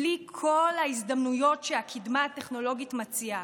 בלי כל ההזדמנויות שהקדמה הטכנולוגית מציעה.